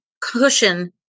cushion